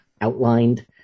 outlined